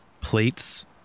plates